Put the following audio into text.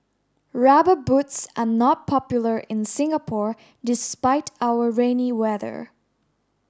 rubber boots are not popular in Singapore despite our rainy weather